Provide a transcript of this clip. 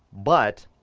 but